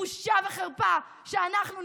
בושה וחרפה שאנחנו,